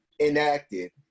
enacted